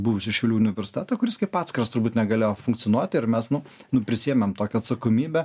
buvusį šiaulių universitetą kuris kaip atskiras turbūt negalėjo funkcionuoti ir mes nu nu prisiėmėm tokią atsakomybę